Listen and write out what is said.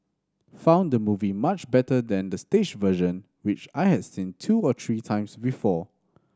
found the movie much better than the stage version which I had seen two or three times before